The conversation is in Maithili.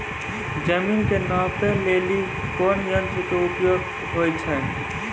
जमीन के नापै लेली कोन यंत्र के उपयोग होय छै?